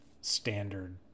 standard